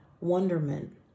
wonderment